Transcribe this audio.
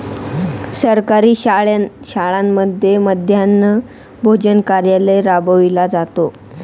सरकारी शाळांमध्ये मध्यान्ह भोजन कार्यक्रम राबविला जातो